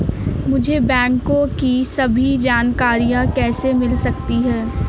मुझे बैंकों की सभी जानकारियाँ कैसे मिल सकती हैं?